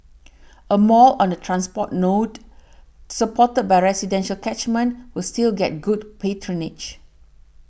a mall on a transport node supported by residential catchment will still get good patronage